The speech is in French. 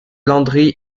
landry